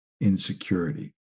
insecurity